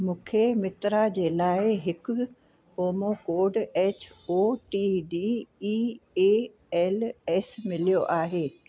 मूंखे मित्रा जे लाइ हिकु promo code H O T D E A L S मिलियो आहे